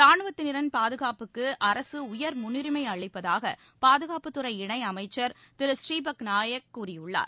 ரானுவத்தினரிள் பாதுகாப்புக்கு அரசு உயர் முன்னுரிமை அளிப்பதாக பாதுகாப்பு துறை இணையமைச்சர் திரு ஸ்ரீபத் நாயக் கூறியுள்ளார்